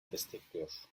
destekliyor